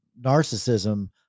narcissism